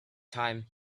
time